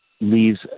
leaves